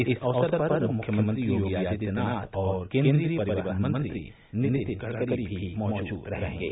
इस अवसर पर मुख्यमंत्री योगी आदित्यनाथ और केन्द्रीय परिवहन मंत्री नितिन गड़करी भी मौजूद रहेंगे